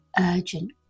urgent